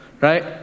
Right